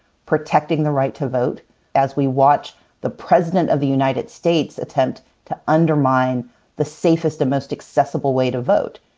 protecting the right to vote as we watch the president of the united states attempt to undermine the safest and most accessible way to vote.